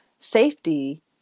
safety